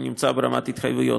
הוא נמצא ברמת התחייבויות.